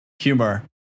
humor